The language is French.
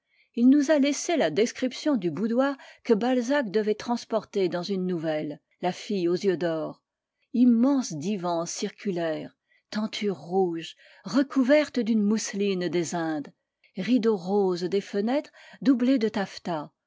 il nous a laissé la description du boudoir que balzac devait transporter dans une nouvelle i la fille aux yeux d'or immense divan circulaire tenture rouge recouverte d'une mousseline des indes rideaux roses des fenêtres doublés de taffetas